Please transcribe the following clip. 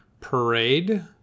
parade